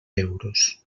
euros